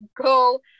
go